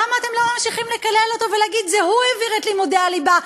למה אתם לא ממשיכים לקלל אותו ולהגיד "זה הוא העביר את לימודי הליבה",